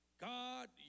God